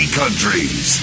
countries